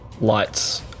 lights